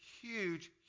huge